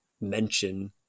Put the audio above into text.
mention